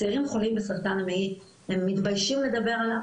צעירים חולים בסרטן המעי הם מתביישים לדבר עליו,